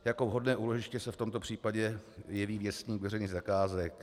Jako vhodné úložiště se v tomto případě jeví Věstník veřejných zakázek.